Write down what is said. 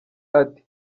ati